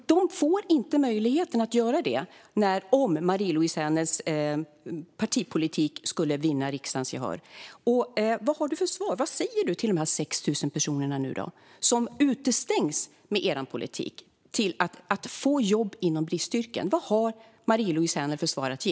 De får inte möjligheten att göra det om Marie-Louise Hänel Sandströms partipolitik skulle vinna riksdagens gehör. Vad har du för svar? Vad säger du till de 6 000 personer som med er politik utestängs från att få jobb inom bristyrken? Vad har Marie-Louise Hänel Sandström för svar att ge?